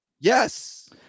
yes